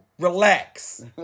Relax